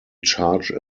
charge